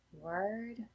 word